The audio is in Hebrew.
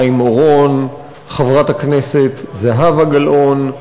וחיים אורון, חברת הכנסת זהבה גלאון,